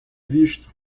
visto